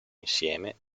insieme